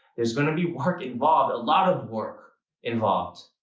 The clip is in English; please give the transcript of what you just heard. there's gonna be work involved. a lot of work involved.